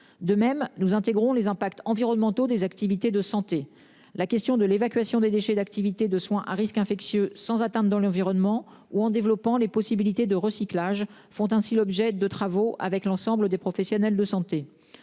De même, nous intégrons les impacts environnementaux des activités de santé, la question de l'évacuation des déchets d'activités de soins à risques infectieux sans atteinte dans l'environnement ou en développant les possibilités de recyclage font ainsi l'objet de travaux avec l'ensemble des professionnels de santé.